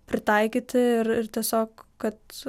pritaikyti ir ir tiesiog kad